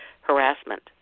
harassment